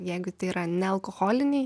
jeigu tai yra nealkoholiniai